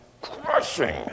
crushing